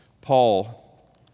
Paul